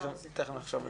תכף נחשוב על זה.